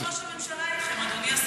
תזמינו את ראש הממשלה איתכם, אדוני השר.